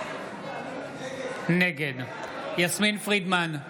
נגד יסמין פרידמן,